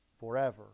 forever